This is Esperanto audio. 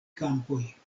kampoj